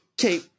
Okay